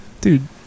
dude